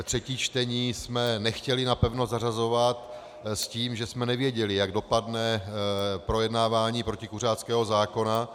Třetí čtení jsme nechtěli napevno zařazovat s tím, že jsme nevěděli, jak dopadne projednávání protikuřáckého zákona.